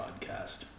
podcast